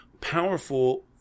powerful